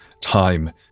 time